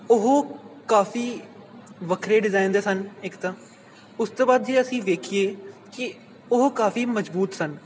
ਉਹ ਕਾਫ਼ੀ ਵੱਖਰੇ ਡਿਜ਼ਾਇਨ ਦੇ ਸਨ ਇੱਕ ਤਾਂ ਉਸ ਤੋਂ ਬਾਅਦ ਜੇ ਅਸੀਂ ਵੇਖੀਏ ਕਿ ਉਹ ਕਾਫ਼ੀ ਮਜ਼ਬੂਤ ਸਨ